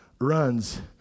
runs